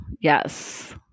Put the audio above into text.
Yes